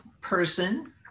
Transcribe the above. person